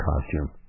costume